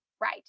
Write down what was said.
right